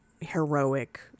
heroic